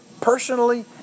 personally